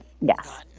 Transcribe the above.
Yes